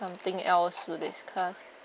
something else to discuss